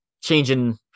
changing